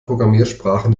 programmiersprachen